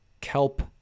Kelp